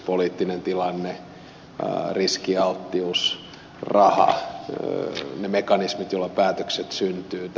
poliittinen tilanne riskialttius raha ne mekanismit joilla päätökset syntyvät